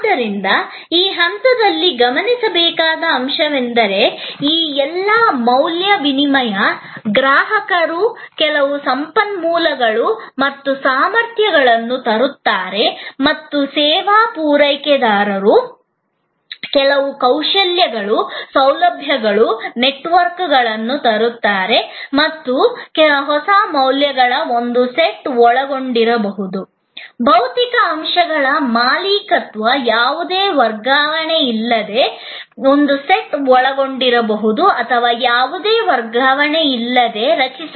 ಆದರೆ ಈ ಹಂತದಲ್ಲಿ ಗಮನಿಸಬೇಕಾದ ಅಂಶವೆಂದರೆ ಈ ಎಲ್ಲ ಮೌಲ್ಯ ವಿನಿಮಯ ಗ್ರಾಹಕರು ಕೆಲವು ಸಂಪನ್ಮೂಲಗಳು ಮತ್ತು ಸಾಮರ್ಥ್ಯಗಳನ್ನು ತರುತ್ತಾರೆ ಮತ್ತು ಸೇವಾ ಪೂರೈಕೆದಾರರು ಕೆಲವು ಕೌಶಲ್ಯಗಳು ಸೌಲಭ್ಯಗಳು ನೆಟ್ವರ್ಕ್ಗಳನ್ನು ತರುತ್ತಾರೆ ಮತ್ತು ಹೊಸ ಮೌಲ್ಯಗಳ ಒಂದು ಸೆಟ್ ಒಳಗೊಂಡಿರುವ ಭೌತಿಕ ಅಂಶಗಳ ಮಾಲೀಕತ್ವದ ಯಾವುದೇ ಬದಲಾವಣೆಯಿಲ್ಲದೆ ರಚಿಸಲಾಗಿದೆ